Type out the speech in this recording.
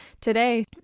today